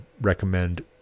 recommend